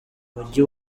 mujyi